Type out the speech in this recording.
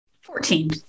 Fourteen